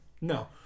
No